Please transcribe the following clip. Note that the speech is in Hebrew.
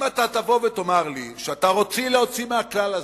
אם אתה תבוא ותאמר לי שאתה רוצה להוציא מהכלל הזה,